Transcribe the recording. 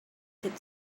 could